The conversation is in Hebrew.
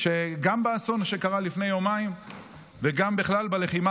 גם באסון שקרה לפני יומיים וגם בכלל בלחימה